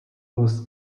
was